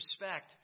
respect